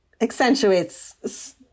accentuates